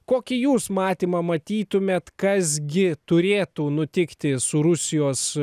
kokį jūs matymą matytumėt kas gi turėtų nutikti su rusijos